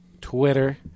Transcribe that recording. Twitter